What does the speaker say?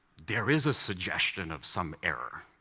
there is a suggestion of some error.